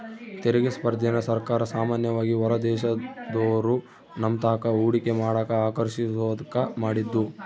ತೆರಿಗೆ ಸ್ಪರ್ಧೆನ ಸರ್ಕಾರ ಸಾಮಾನ್ಯವಾಗಿ ಹೊರದೇಶದೋರು ನಮ್ತಾಕ ಹೂಡಿಕೆ ಮಾಡಕ ಆಕರ್ಷಿಸೋದ್ಕ ಮಾಡಿದ್ದು